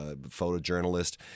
photojournalist